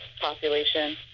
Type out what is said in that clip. population